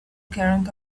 carrying